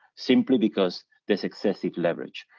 simply because the successive leverage.